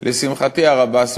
לשמחתי הרבה,